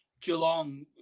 Geelong